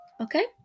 Okay